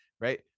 right